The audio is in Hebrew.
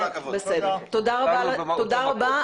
תודה רבה.